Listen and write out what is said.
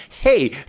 Hey